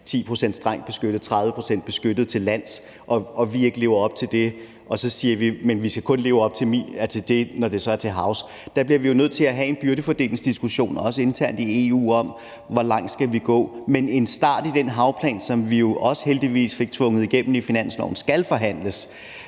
10 pct. strengt beskyttet, 30 pct. beskyttet til lands, og vi lever ikke op til det. Og så siger vi, at vi kun skal leve op til det, når det er til havs. Der bliver vi jo nødt til at have en byrdefordelingsdiskussion også internt i EU om, hvor langt vi skal gå. Men en start i den havplan, som vi jo også heldigvis fik tvunget igennem i finansloven skal forhandles,